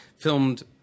filmed